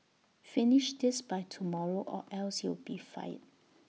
finish this by tomorrow or else you'll be fired